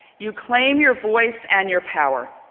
you claim your voice and your power.